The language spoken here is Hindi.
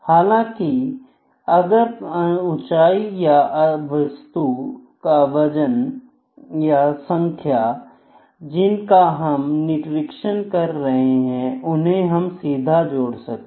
हालांकि अगर ऊंचाई या वस्तुओं की संख्या जिनका हम निरीक्षण कर रहे हैं उन्हें सीधा जोड़ सकते हैं